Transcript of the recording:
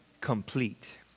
complete